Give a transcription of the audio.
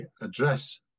address